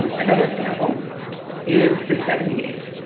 and another example is the seventy eight.